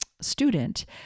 student